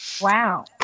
Wow